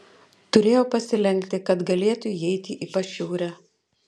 turėjo pasilenkti kad galėtų įeiti į pašiūrę